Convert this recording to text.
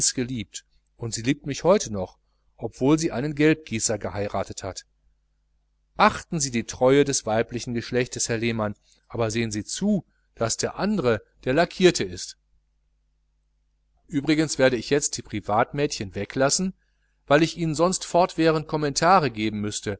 und sie liebt mich heute noch obwohl sie einen gelbgießer geheiratet hat achten sie die treue des weiblichen geschlechtes herr lehmann aber sehen sie zu daß der andre der lackierte ist übrigens werde ich jetzt die privatmädchen weglassen weil ich ihnen sonst fortwährend kommentare geben müßte